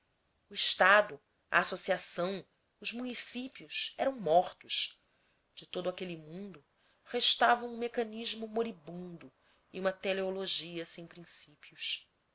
o estado a associação os municípios eram mortos de todo aquele mundo restava um mecanismo moribundo e uma teleologia sem princípios